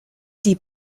die